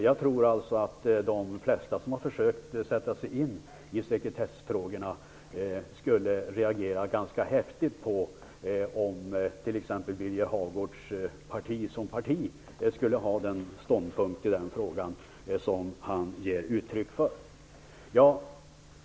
Jag tror alltså att de flesta som har försökt sätta sig in i sekretessfrågorna skulle reagera ganska häftigt på om t.ex. Birger Hagårds parti skulle inta den ståndpunkt i den frågan som han ger uttryck för.